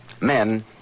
Men